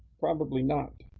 probably not.